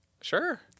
Sure